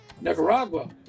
Nicaragua